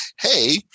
hey